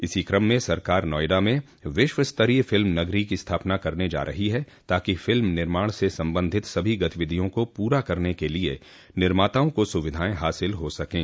इसी कम में सरकार नोयडा में विश्वस्तरीय फ़िल्म नगरी की स्थापना करने जा रही है ताकि फ़िल्म निर्माण से संबंधित सभी गतिविधियों को पूरा करने के लिए निर्माताओं को सुविधाएं हासिल हो सकें